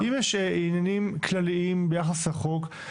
אם יש עניינים כלליים ביחס לחוק.